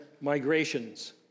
migrations